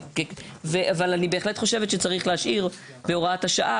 אבל אני בהחלט חושבת שצריך להשאיר בהוראת השעה